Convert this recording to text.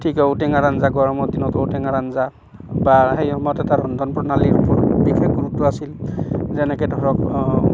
ঠিক ঔ টেঙাৰ আঞ্জা গৰমৰ দিনত ঔ টেঙাৰ আঞ্জা বা সেই সময়ত এটা ৰন্ধন প্ৰণালীৰ বিশেষ গুৰুত্ব আছিল যেনেকৈ ধৰক